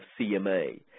CMA